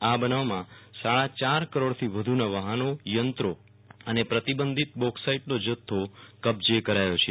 આ બનાવમાં સદા ચાર કરોડથી વધુના વાહનો યંત્રો અને પ્રતિબંધિત બોક્સાઈટનો જથ્થો કબ્જે કરાયો છે